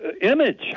image